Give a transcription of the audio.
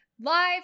live